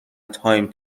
تایم